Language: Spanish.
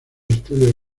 estudios